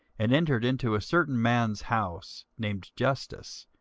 and entered into a certain man's house, named justus,